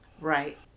Right